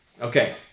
okay